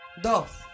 Dos